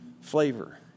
flavor